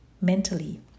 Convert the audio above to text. mentally